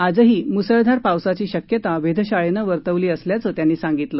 आजही मुसळधार पावसाची शक्यता वेधशाळेनं वर्तवली असल्याचं त्यांनी सांगितलं